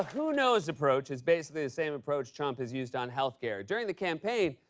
who knows approach is basically the same approach trump has used on health care. during the campaign,